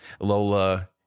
lola